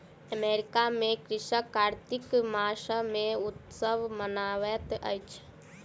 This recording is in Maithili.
अमेरिका में कृषक कार्तिक मास मे उत्सव मनबैत अछि